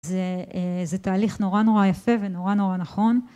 זה ..זה תהליך נורא נורא יפה ונורא נורא נכון.